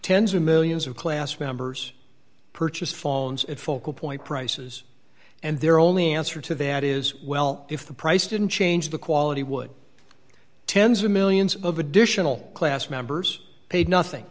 tens of millions of class members purchase falls at focal point prices and their only answer to that is well if the price didn't change the quality would tens of millions of additional class members paid nothing